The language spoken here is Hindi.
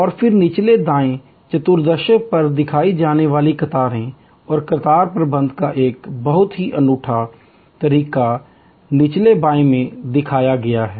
और फिर निचले दाएँ चतुर्थांश पर दिखाई जाने वाली कतारें हैं और कतार प्रबंधन का एक बहुत ही अनूठा तरीका निचले बाएँ पर दिखाया गया है